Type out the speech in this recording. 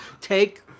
Take